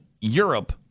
Europe